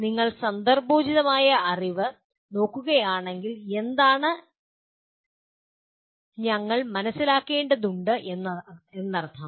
നിങ്ങൾ സന്ദർഭോചിതമായ അറിവ് നോക്കുകയാണെങ്കിൽ എന്താണ് ഞങ്ങൾ മനസ്സിലാക്കേണ്ടതുണ്ട് എന്നതിനർത്ഥം